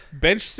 Bench